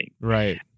Right